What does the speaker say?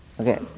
Okay